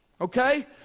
okay